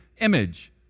image